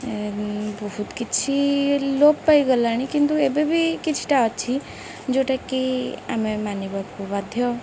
ବହୁତ କିଛି ଲୋପ ପାଇଗଲାଣି କିନ୍ତୁ ଏବେ ବି କିଛିଟା ଅଛି ଯେଉଁଟାକି ଆମେ ମାନିବାକୁ ବାଧ୍ୟ